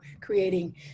creating